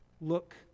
look